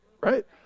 Right